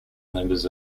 members